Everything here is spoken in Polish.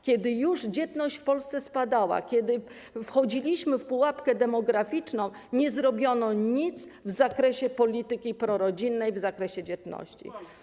Kiedy już dzietność w Polsce spadała, kiedy wchodziliśmy w pułapkę demograficzną, nie zrobiono nic w zakresie polityki prorodzinnej, w zakresie dzietności.